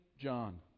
John